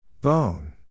Bone